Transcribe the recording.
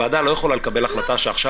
הוועדה לא יכולה לקבל החלטה שעכשיו